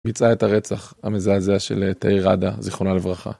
ביצע את הרצח המזעזע של תאיר ראדה, זיכרונה לברכה.